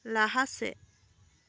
ᱞᱟᱦᱟ ᱥᱮᱫ